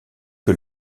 que